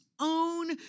Own